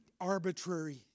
arbitrary